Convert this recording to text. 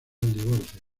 divorcio